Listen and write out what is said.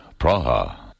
Praha